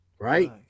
right